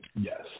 Yes